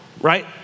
right